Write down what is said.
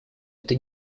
это